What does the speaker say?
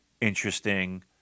interesting